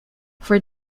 for